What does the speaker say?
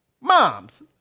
moms